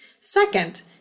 Second